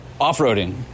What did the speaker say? off-roading